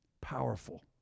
Powerful